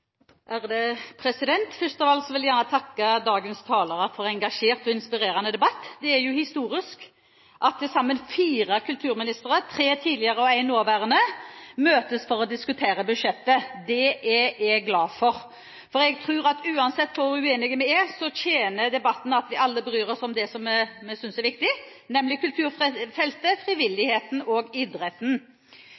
vakkert ut. Først av alt vil jeg gjerne takke dagens talere for engasjert og inspirerende debatt. Det er historisk at til sammen fire kulturministre – tre tidligere og én nåværende – møtes for å diskutere budsjettet. Det er jeg glad for, for jeg tror at uansett hvor uenige vi er, tjener det debatten at vi alle bryr oss om det som vi synes er viktig, nemlig